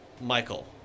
Michael